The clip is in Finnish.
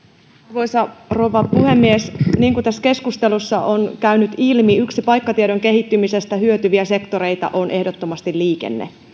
arvoisa rouva puhemies niin kuin tässä keskustelussa on käynyt ilmi yksi paikkatiedon kehittymisestä hyötyvistä sektoreista on ehdottomasti liikenne